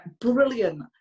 brilliant